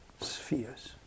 spheres